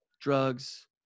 drugs